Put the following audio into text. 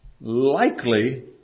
likely